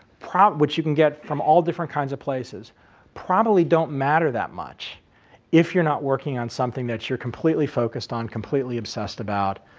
which you can get from all different kinds of places probably don't matter that much if you're not working on something that you're completely focused on, completely obsessed about,